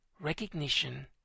Recognition